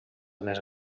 més